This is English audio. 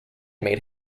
made